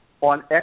on